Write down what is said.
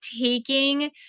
taking